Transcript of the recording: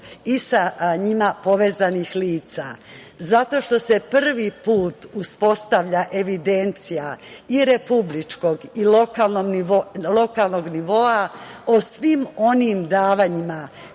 i sa njima povezanih lica, zato što se prvi put uspostavlja evidencija i republičkog i lokalnog nivoa o svim onim davanjima